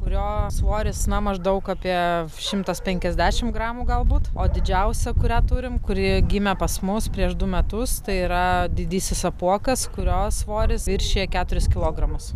kurio svoris na maždaug apie šimtas penkiasdešim gramų galbūt o didžiausia kurią turim kuri gimė pas mus prieš du metus tai yra didysis apuokas kurio svoris viršija keturis kilogramus